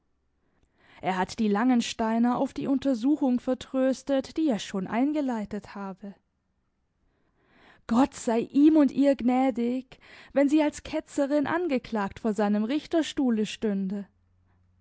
er hat die langensteiner auf die untersuchung vertröstet die er schon eingeleitet habe gott sei ihm und ihr gnädig wenn sie als ketzerin angeklagt vor seinem richterstuhle stünde